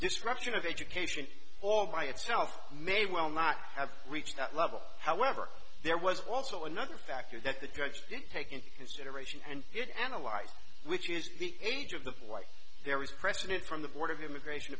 disruption of education all by itself may well not have reached that level however there was also another factor that the judge didn't take into consideration and yet analyzed which is the age of the life there is precedent from the board of immigration